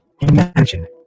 Imagine